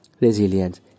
resilience